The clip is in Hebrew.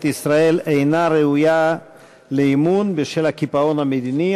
ישראל אינה ראויה לאמון בשל הקיפאון המדיני,